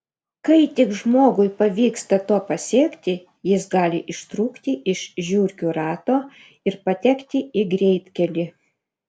kai tik žmogui pavyksta to pasiekti jis gali ištrūkti iš žiurkių rato ir patekti į greitkelį